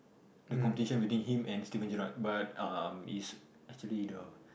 the competition between him and Steven-Garrard but um it's actually the